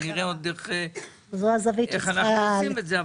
נראה עוד איך אנחנו עושים את זה,